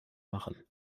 machen